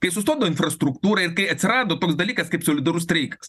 kai sustodavo infrastruktūra ir kai atsirado toks dalykas kaip solidarus streikas